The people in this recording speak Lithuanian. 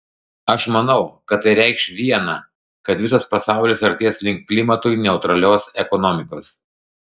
aš manau kad tai reikš viena kad visas pasaulis artės link klimatui neutralios ekonomikos